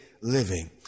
living